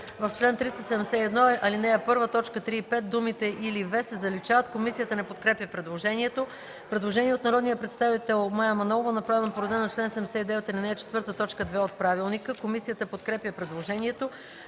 „В чл. 371, ал. 1, т. 3 и 5 думите „или „V” се заличават.” Комисията не подкрепя предложението. Предложение от народния представител Мая Манолова, направено по реда на чл. 79, ал. 4, т. 2 от правилника. Комисията подкрепя предложението.